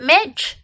Mitch